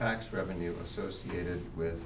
tax revenue associated with